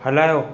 हलायो